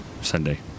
Sunday